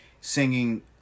singing